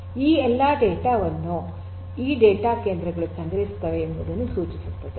ಈ ಎಲ್ಲಾ ಡೇಟಾ ವನ್ನು ಈ ಡೇಟಾ ಕೇಂದ್ರಗಳು ಸಂಗ್ರಹಿಸುತ್ತದೆ ಎಂಬುದನ್ನು ಸೂಚಿಸುತ್ತದೆ